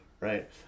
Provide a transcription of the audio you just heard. right